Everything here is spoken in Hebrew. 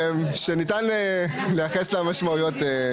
(הישיבה נפסקה בשעה 11:20 ונתחדשה בשעה 11:50.)